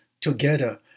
together